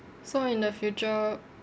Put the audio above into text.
so in the future